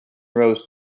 rows